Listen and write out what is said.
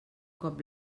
cop